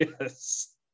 Yes